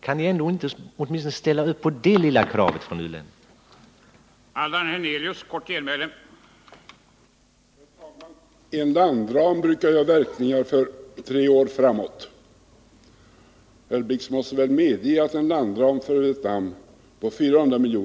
Kan ni inte ställa upp åtminstone på det lilla kravet från u-länderna?